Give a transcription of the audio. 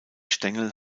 stängel